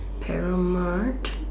para mart